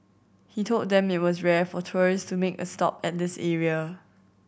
he told them it was rare for tourist to make a stop at this area